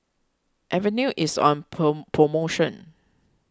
Avenue is on poh promotion